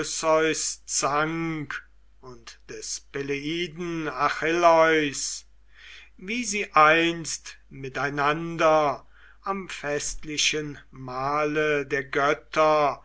und des peleiden achilleus wie sie einst miteinander am festlichen mahle der götter